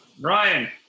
Ryan